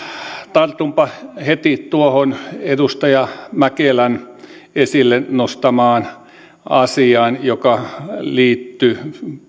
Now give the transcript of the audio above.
tartunpa heti tuohon edustaja mäkelän esille nostamaan asiaan joka liittyy